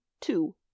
two